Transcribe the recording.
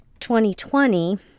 2020